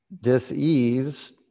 dis-ease